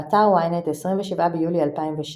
באתר ynet, 27 ביולי 2007